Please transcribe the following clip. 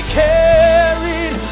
carried